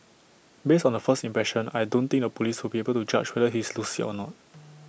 based on the first impression I don't think the Police will be able to judge whether he's lucid or not